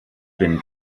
bin